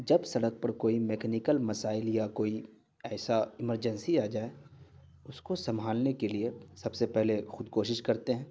جب سڑک پر کوئی میکنیکل مسائل یا کوئی ایسا ایمرجنسی آ جائے اس کو سنبھالنے کے لیے سب سے پہلے خود کوشش کرتے ہیں